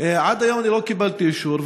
עד היום לא קיבלתי אישור.